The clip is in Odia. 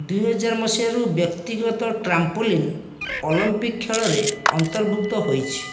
ଦୁଇହଜାର ମସିହାରୁ ବ୍ୟକ୍ତିଗତ ଟ୍ରାମ୍ପୋଲିନ୍ ଅଲିମ୍ପିକ୍ ଖେଳରେ ଅନ୍ତର୍ଭୁକ୍ତ ହୋଇଛି